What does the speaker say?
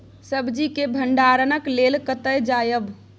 सब्जी के भंडारणक लेल कतय जायब?